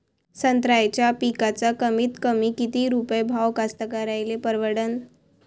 संत्र्याचा पिकाचा कमीतकमी किती रुपये भाव कास्तकाराइले परवडन?